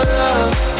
love